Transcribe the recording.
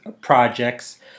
projects